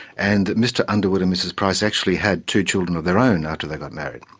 and mr underwood and mrs price actually had two children of their own after they got married.